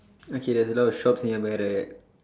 okay there's a lot of shops nearby right